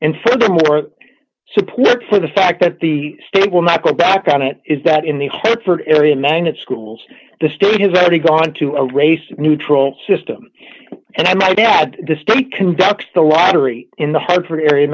and furthermore support for the fact that the state will not go back on it is that in the hartford area magnet schools the state has already gone to a race neutral system and i might add the study conducts the lottery in the hartford area